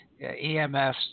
EMFs